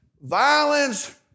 violence